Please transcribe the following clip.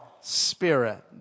spirit